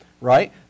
right